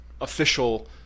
official